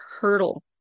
hurdle